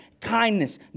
kindness